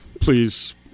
please